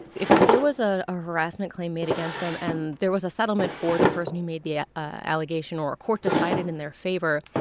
if there was a a harassment claim made against them and there was a settlement for the person who made the yeah allegation or a court decided in their favor,